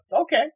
okay